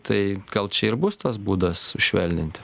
tai gal čia ir bus tas būdas švelninti